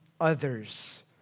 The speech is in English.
others